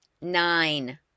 nine